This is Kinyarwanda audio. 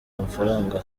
amafaranga